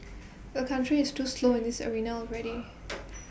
the country is too slow in this arena already